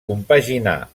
compaginà